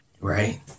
Right